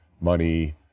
money